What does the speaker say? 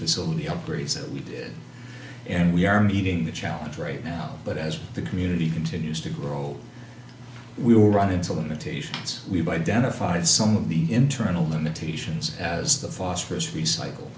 facility upgrades that we did and we are meeting the challenge right now but as the community continues to grow we will run into limitations we've identified some of the internal limitations as the phosphorus recycle